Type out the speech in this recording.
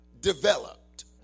developed